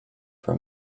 for